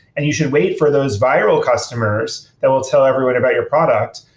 and you should wait for those viral customers that will tell everyone about your product,